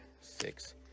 six